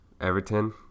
Everton